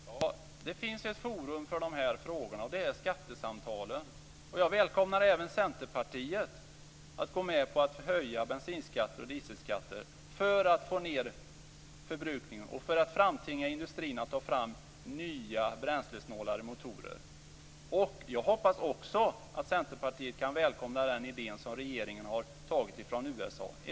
Fru talman! Det finns ett forum för de här frågorna, och det är skattesamtalen. Jag välkomnar även Centerpartiet att gå med på att höja bensinskatter och dieselskatter för att få ned förbrukningen och för att tvinga industrin att ta fram nya bränslesnålare motorer. Jag hoppas också att Centerpartiet kan välkomna den idé som regeringen har tagit från USA.